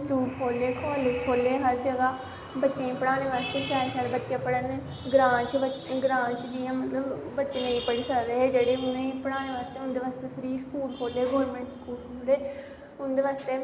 school खोह्ले college खोह्ले हर जगह बच्चें ई पढ़ाने आस्ते शैल शैल बच्चे पढ़न ग्रांऽ च जि'यां बच्चे नेंईं पढ़ी सकदे हे उनें ई पढ़ाने आस्तै उं'दै आस्तै फ्री स्कूल खोह्ले गौरमैंट स्कूल खोह्ले उं'दै आस्तै